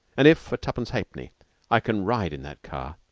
and if for twopence halfpenny i can ride in that car,